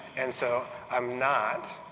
and so i'm not.